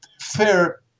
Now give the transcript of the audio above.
fair